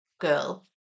girl